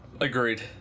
Agreed